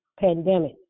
pandemic